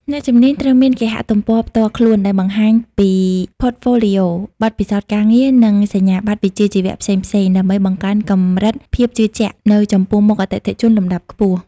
អ្នកជំនាញត្រូវមានគេហទំព័រផ្ទាល់ខ្លួនដែលបង្ហាញពី Portfolio បទពិសោធន៍ការងារ និងសញ្ញាបត្រវិជ្ជាជីវៈផ្សេងៗ ដើម្បីបង្កើនកម្រិតភាពជឿជាក់នៅចំពោះមុខអតិថិជនលំដាប់ខ្ពស់។